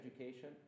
education